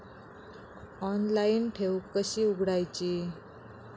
Online ठेव कशी उघडायची?